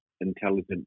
intelligent